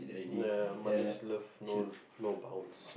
a mother's love know no bounds